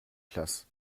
classes